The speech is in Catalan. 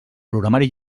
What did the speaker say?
programari